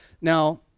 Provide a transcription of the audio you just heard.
Now